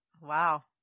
Wow